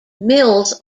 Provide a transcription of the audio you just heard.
mills